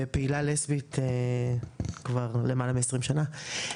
ופעילה לסבית כבר למעלה מ-20 שנה.